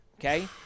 Okay